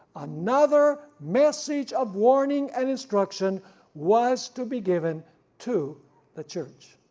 another message of warning and instruction was to be given to the church.